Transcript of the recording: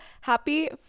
Happy